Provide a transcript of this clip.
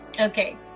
Okay